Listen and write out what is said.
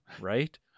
Right